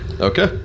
Okay